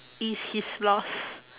is his loss